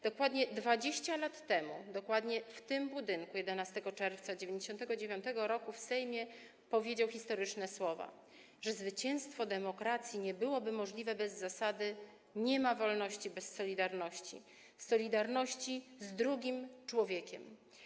Dokładnie 20 lat temu, dokładnie w tym budynku 11 czerwca 1999 r. w Sejmie wypowiedział historyczne słowa, że zwycięstwo demokracji nie byłoby możliwe bez zasady: nie ma wolności bez solidarności, solidarności z drugim człowiekiem.